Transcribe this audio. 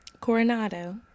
Coronado